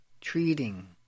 treating